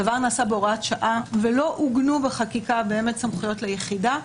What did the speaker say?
הדבר נעשה בהוראת שעה ולא עוגנו בחקיקה סמכויות ליחידה,